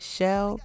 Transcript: Shell